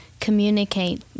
communicate